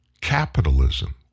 Capitalism